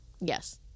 yes